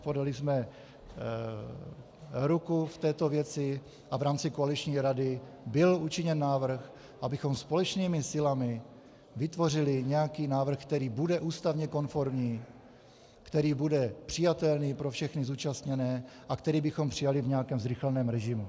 Podali jsme ruku v této věci a v rámci koaliční rady byl učiněn návrh, abychom společnými silami vytvořili nějaký návrh, který bude ústavně konformní, který bude přijatelný pro všechny zúčastněné a který bychom přijali v nějakém zrychleném režimu.